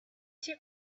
too